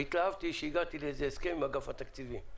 והתלהבתי שהגעתי לאיזה הסכם עם אגף תקציבים.